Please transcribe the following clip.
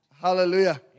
Hallelujah